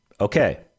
okay